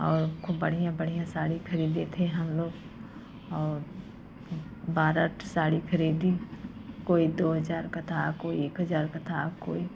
और खूब बढ़िया बढ़िया साड़ी खरीदे थे हम लोग और बारह साड़ी खरीदी कोई दो हजार का था कोई एक हजार का था कोई